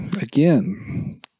again